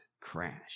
crash